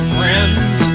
Friends